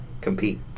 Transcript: compete